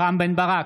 רם בן ברק,